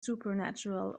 supernatural